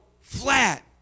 flat